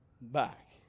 back